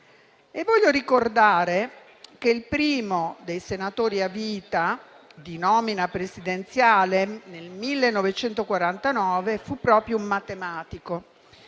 Vorrei ricordare che il primo dei senatori a vita di nomina presidenziale nel 1949 fu un matematico,